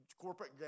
corporate